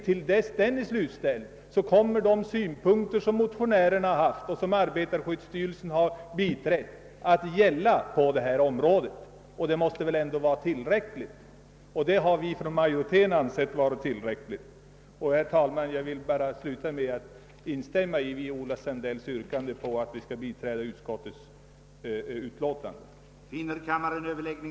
Till dess den är slutförd kommer de krav, som motionärerna har ställt och som arbetarskyddsstyrelsen nu har biträtt, att bli gällande, och det måste väl vara tillräckligt. Det har i varje fall utskottsmajoriteten ansett. Herr talman! Jag instämmer i fröken Sandells yrkande om bifall till utskottets hemställan.